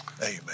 Amen